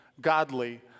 godly